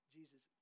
Jesus